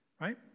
right